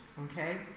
okay